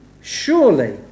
surely